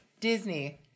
Disney